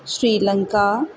Sri Lanka